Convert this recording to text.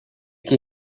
que